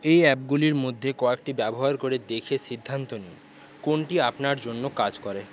এই অ্যাপ গুলির মধ্যে কয়েকটি ব্যবহার করে দেখে সিদ্ধান্ত নিন কোনটি আপনার জন্য কাজ করে